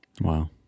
Wow